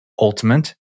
Ultimate